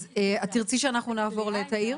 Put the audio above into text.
אז תרצי שנעבור לתאיר?